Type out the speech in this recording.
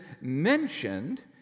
mentioned